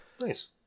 Nice